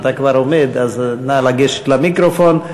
אם אתה כבר עומד, אז נא לגשת למיקרופון,